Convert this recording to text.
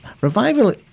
revival